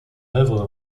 œuvre